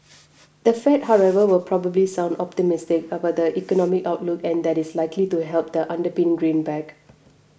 the Fed however will probably sound optimistic about the economic outlook and that is likely to help the underpin greenback